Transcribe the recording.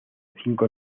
cinco